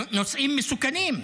נושאים מסוכנים,